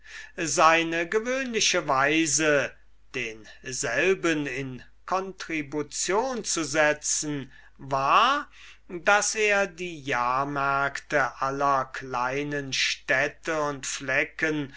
seine gewöhnliche weise denselben in contribution zu setzen war daß er die jahrmärkte aller kleinen städte und flecken